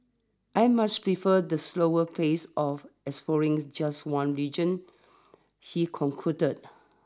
I much preferred the slower pace of exploring just one region he concludes